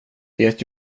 det